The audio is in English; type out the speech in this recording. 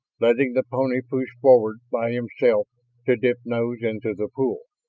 letting the pony push forward by himself to dip nose into the pool.